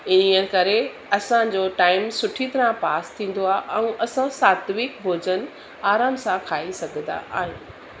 ईअं करे असांजो टाइम सुठी तरह पास थींदो आहे ऐं असां सात्विक भोजन आराम सां खाई सघंदा आहियूं